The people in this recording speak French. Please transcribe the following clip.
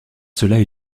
cela